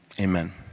Amen